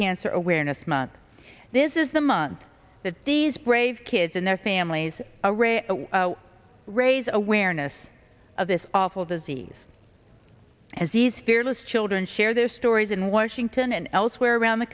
cancer awareness month this is the month that these brave kids and their families raise awareness of this awful disease as these fearless children share their stories in washington and elsewhere around the